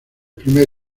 primer